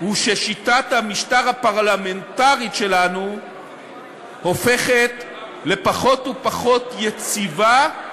הוא ששיטת המשטר הפרלמנטרית שלנו הופכת לפחות ופחות יציבה,